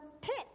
pit